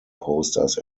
posters